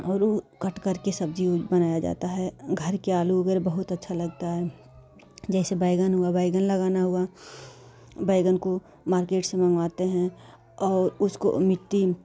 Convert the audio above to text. आलू कट करके सब्ज़ी बनाया जाता है घर के आलू अगर बहुत अच्छा लगता है जैसे बैंगन हुआ बैंगन लगाना हुआ बैंगन को मार्केट से मंगवाते हैं और उसको मिट्टी